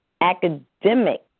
academic